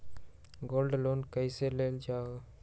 Gold loan कईसे लेल जाहु?